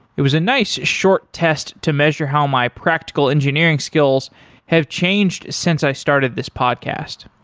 it was a nice short test to measure how my practical engineering skills have changed since i started this podcast.